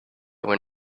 were